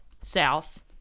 South